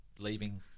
leaving